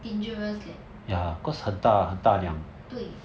dangerous leh 对